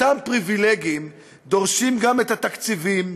אותם פריבילגים דורשים גם את התקציבים,